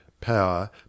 power